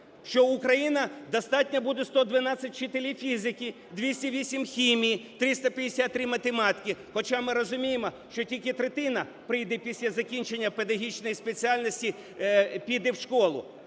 що Україні достатньо буде 112 вчителів фізики, 208 хімії, 353 математики. Хоча ми розуміємо, що тільки третина прийде після закінчення педагогічної спеціальності піде в школу.